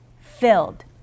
filled